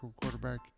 quarterback